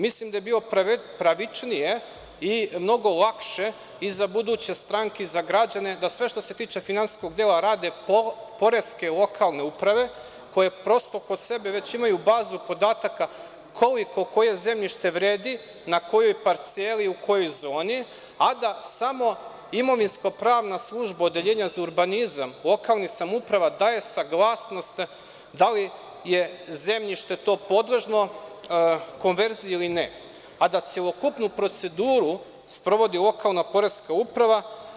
Mislim da je bilo pravičnije i mnogo lakše, i za buduće stranke i za građane, da sve što se tiče finansijskog dela rade poreske lokalne uprave, koje prosto kod sebe već imaju bazu podataka koliko koje zemljište vredi, na kojoj parceli, u kojoj zoni, a da samo imovinsko-pravno služba Odeljenja za urbanizam lokalnih samouprava daje saglasnost da li je to zemljište podložno konverziji ili ne, a da celokupnu proceduru sprovodi lokalna poreska uprava.